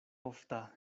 ofta